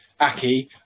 Aki